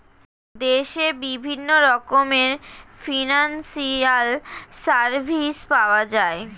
দেশে বিভিন্ন রকমের ফিনান্সিয়াল সার্ভিস পাওয়া যায়